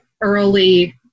early